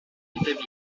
étaient